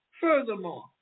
Furthermore